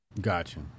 Gotcha